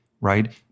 right